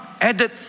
added